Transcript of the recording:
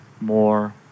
more